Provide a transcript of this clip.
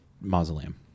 mausoleum